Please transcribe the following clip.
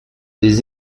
des